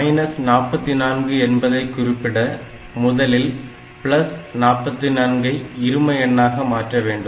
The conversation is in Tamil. மைனஸ் 44 என்பதை குறிப்பிட முதலில் 44 ஐ இரும எண்ணாக மாற்ற வேண்டும்